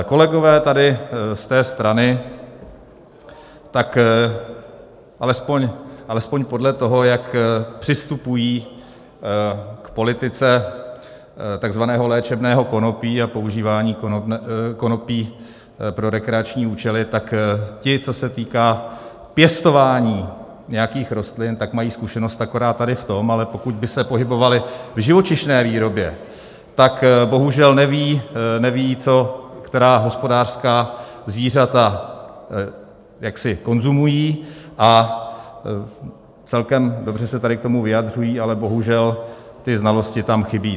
Kolegové tady z té strany alespoň podle toho, jak přistupují k politice takzvaného léčebného konopí a používání konopí pro rekreační účely, tak ti, co se týká pěstování nějakých rostlin, tak mají zkušenost akorát tady v tom, ale pokud by se pohybovali v živočišné výrobě, tak bohužel nevědí, co která hospodářská zvířata konzumují, a celkem dobře se tady k tomu vyjadřují, ale bohužel ty znalosti tam chybí.